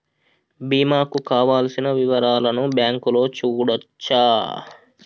బీమా కు కావలసిన వివరాలను బ్యాంకులో చూడొచ్చా?